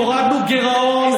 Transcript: הורדנו גירעון.